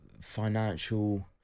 financial